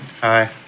Hi